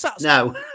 No